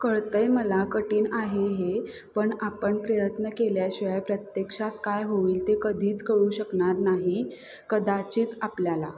कळतय मला कठीण आहे हे पण आपण प्रयत्न केल्याशिवाय प्रत्यक्षात काय होईल ते कधीच कळू शकणार नाही कदाचित आपल्याला